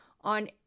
on